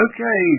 Okay